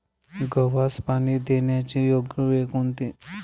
गव्हास पाणी देण्याची योग्य वेळ कोणती?